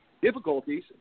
difficulties